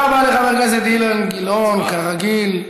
תודה רבה לחבר הכנסת אילן גילאון, כרגיל,